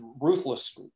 ruthless